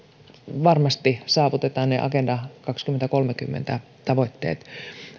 varmasti saavutetaan ne agenda kaksituhattakolmekymmentä tavoitteet